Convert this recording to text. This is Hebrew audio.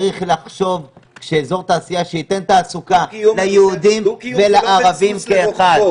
צריך לחשוב על אזור תעשייה שייתן תעסוקה ליהודים ולערבים כאחד.